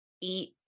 eat